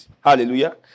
hallelujah